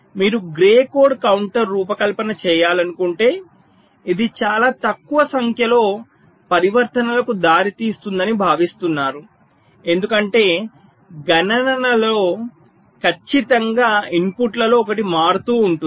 మీరు grey code counter రూపకల్పన చేయాలనుకుంటే ఇది చాలా తక్కువ సంఖ్యలో పరివర్తనలకు దారితీస్తుందని భావిస్తున్నారు ఎందుకంటే గణనలలో ఖచ్చితంగా ఇన్పుట్లలో ఒకటి మారుతూ ఉంటుంది